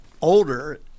older